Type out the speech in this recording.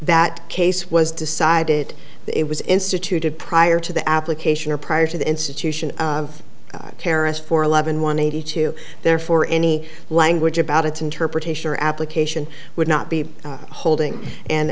that case was decided it was instituted prior to the application or prior to the institution of kara's for eleven one eighty two therefore any language about its interpretation or application would not be holding and